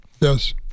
Yes